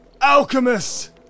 alchemist